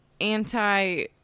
anti